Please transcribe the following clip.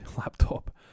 laptop